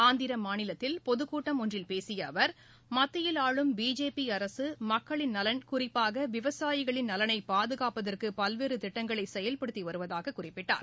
ஆந்திர மாநிலத்தில் பொதுக்கூட்டம் ஒன்றில் பேசிய அவர் மத்தியில் ஆளும் பிஜேபி அரசு மக்களின் நலன் குறிப்பாக விவசாயிகளின் நலனை பாதுகாப்பதற்கு பல்வேறு திட்டங்களை செயல்படுத்தி வருவதாகக் குறிப்பிட்டார்